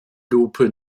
lupe